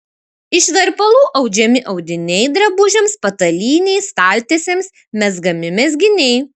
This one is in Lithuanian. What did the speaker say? iš verpalų audžiami audiniai drabužiams patalynei staltiesėms mezgami mezginiai